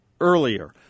earlier